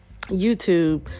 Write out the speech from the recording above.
YouTube